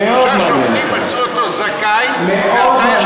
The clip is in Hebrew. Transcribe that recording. שלושה שופטים מצאו אותו זכאי, מאוד מעניין אותנו.